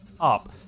up